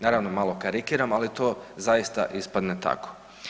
Naravno malo karikiram, ali to zaista ispadne tako.